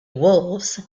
wolves